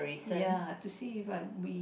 yeah to see what we